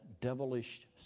devilish